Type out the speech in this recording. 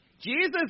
Jesus